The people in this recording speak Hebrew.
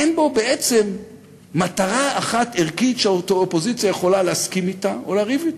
אין בו בעצם מטרה אחת ערכית שהאופוזיציה יכולה להסכים אתה או לריב אתה,